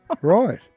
Right